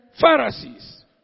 pharisees